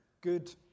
good